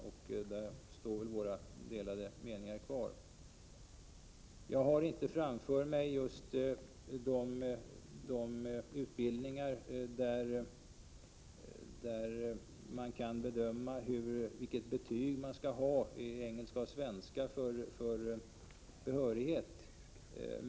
I det avseendet kvarstår våra delade meningar. Jag har inte framför mig uppgifterna om just de utbildningar för vilka det anges vilket betyg man skall ha i engelska och svenska för behörighet.